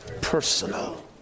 Personal